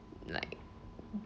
like